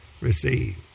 receive